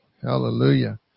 Hallelujah